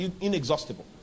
inexhaustible